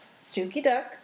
StookyDuck